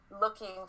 looking